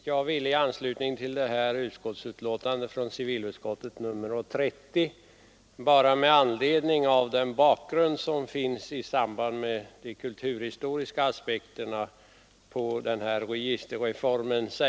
Fru talman! I anslutning till civilutskottets betänkande nr 30 vill jag säga några ord om bakgrunden till de kulturhistoriska aspekterna på registerreformen.